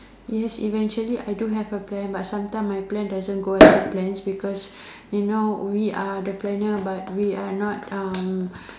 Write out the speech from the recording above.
yes eventually I do have a plan but sometime my plan doesn't go as the plans because you know we are the planner but we are not um